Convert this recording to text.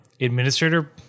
administrator